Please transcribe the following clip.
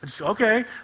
Okay